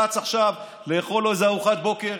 רץ עכשיו לאכול לו איזו ארוחת בוקר,